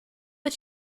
but